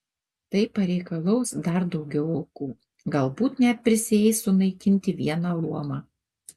tai pareikalaus dar daugiau aukų galbūt net prisieis sunaikinti vieną luomą